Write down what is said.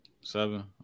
Seven